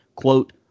quote